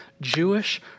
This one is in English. Jewish